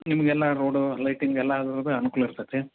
ನಿಮಗೆಲ್ಲ road lighting ಎಲ್ಲ ಅದ್ರದ್ದು ಅನ್ಕೂಲ ಇರ್ತತಿ